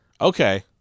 okay